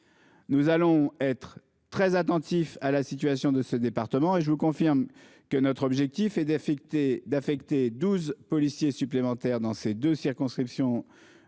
Nous allons être très attentifs à la situation de ce département, et je vous confirme que notre objectif est d'affecter douze policiers supplémentaires dans ces deux circonscriptions